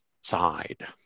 side